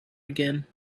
again